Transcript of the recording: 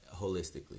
holistically